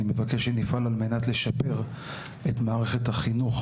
אני מבקש שנפעל על מנת לשפר את מערכת החינוך,